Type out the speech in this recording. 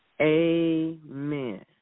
Amen